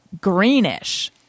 greenish